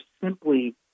simply